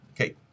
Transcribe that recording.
okay